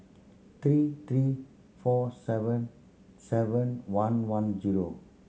three three four seven seven one one zero